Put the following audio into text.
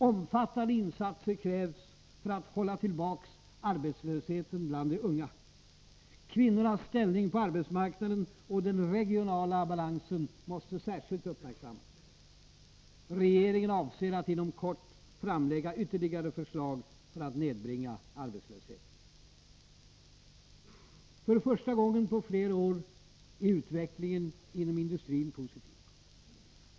Omfattande insatser krävs för att hålla tillbaka arbetslösheten bland de unga. Kvinnornas ställning på arbetsmarknaden och den regionala balansen måste särskilt uppmärksammas. Regeringen avser att inom kort framlägga ytterligare förslag för att nedbringa arbetslösheten. För första gången på flera år är utvecklingen inom industrin positiv.